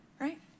right